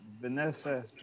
Vanessa